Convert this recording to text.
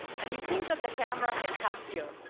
and we think that the camera can help here.